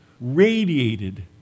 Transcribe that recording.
radiated